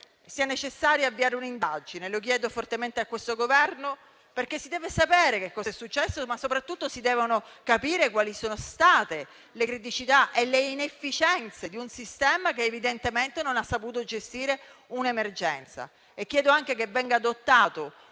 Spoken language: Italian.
sia necessario avviare un'indagine - lo chiedo con forza al Governo -perché si deve sapere che cosa è successo, ma soprattutto si devono capire quali sono state le criticità e le inefficienze di un sistema che evidentemente non ha saputo gestire un'emergenza. Chiedo altresì che venga adottato